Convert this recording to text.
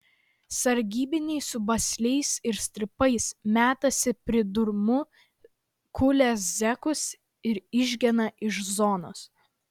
sargybiniai su basliais ir strypais metasi pridurmu kulia zekus ir išgena iš zonos